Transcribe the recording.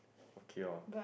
okay loh